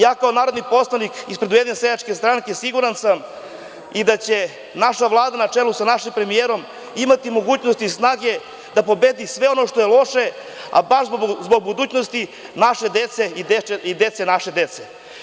Ja kao narodni poslanik ispred Ujedinjene seljačke stranke siguran sam da će naša Vlada na čelu sa našim premijerom imati mogućnosti i snage da pobedi sve ono što je loše, a baš zbog budućnosti naše dece i dece naše dece.